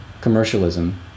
commercialism